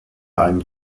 einen